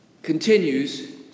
continues